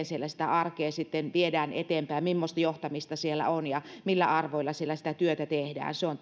siellä sitä arkea viedään eteenpäin mimmoista johtamista siellä on ja millä arvoilla siellä sitä työtä tehdään se on